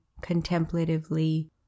contemplatively